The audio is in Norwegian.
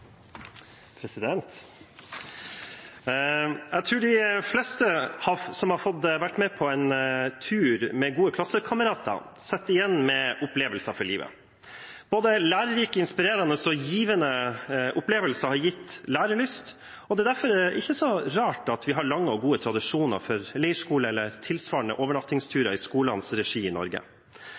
elever. Jeg tror de fleste som har fått være med på en tur med gode klassekamerater, sitter igjen med opplevelser for livet. Både lærerike, inspirerende og givende opplevelser har gitt lærelyst, og det er derfor ikke så rart at vi har lange og gode tradisjoner for leirskole eller tilsvarende overnattingsturer i skolens regi i Norge.